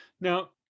Now